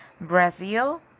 Brazil